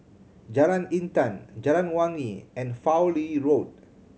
Jalan Intan Jalan Wangi and Fowlie Road